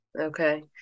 Okay